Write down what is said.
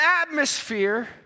atmosphere